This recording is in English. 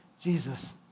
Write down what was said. Jesus